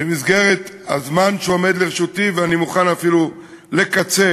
במסגרת הזמן שעומד לרשותי, ואני מוכן אפילו לקצר,